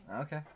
Okay